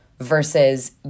versus